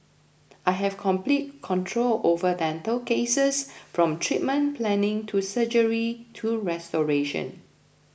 I have complete control over dental cases from treatment planning to surgery to restoration